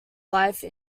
life